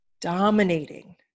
dominating